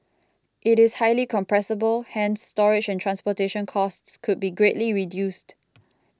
it is highly compressible hence storage and transportation costs could be greatly reduced